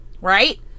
right